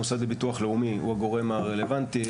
המוסד לביטוח לאומי הוא הגורם הרלוונטי.